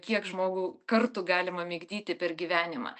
kiek žmogų kartų galima migdyti per gyvenimą